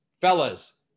fellas